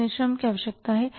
कितने श्रम की आवश्यकता है